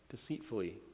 deceitfully